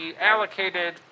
allocated